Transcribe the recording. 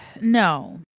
no